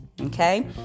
okay